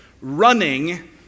running